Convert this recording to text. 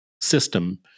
system